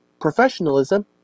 professionalism